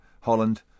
Holland